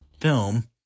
film